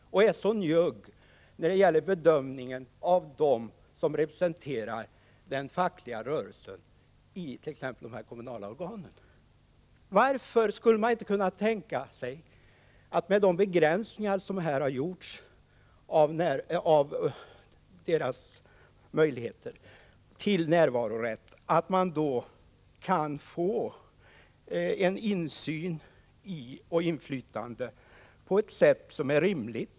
Varför är de så njugga när det gäller bedömningen av dem som representerar den fackliga rörelsen i t.ex. dessa kommunala organ? Varför kan man inte tänka sig att med de begränsningar som här har gjorts av deras möjligheter till närvarorätt ge dem en insyn och ett inflytande som är rimligt?